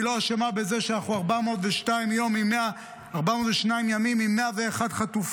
היא לא אשמה בזה שאנחנו 402 ימים עם 101 חטופים,